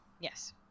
Yes